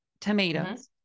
Tomatoes